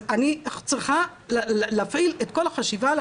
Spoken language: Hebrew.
אז אני צריכה להפעיל את כל החשיבה,